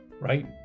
right